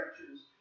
churches